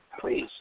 Please